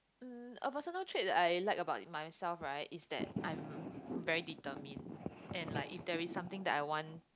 um a personal trait that I like about myself right is that I'm very determined and like if there is something that I want